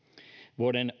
vuoden